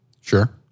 Sure